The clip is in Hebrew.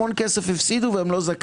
הם הפסידו המון כסף והם לא זכאים.